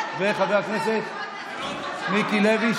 וגם חבר הכנסת מיקי לוי,